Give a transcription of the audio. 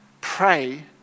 pray